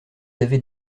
avez